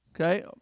okay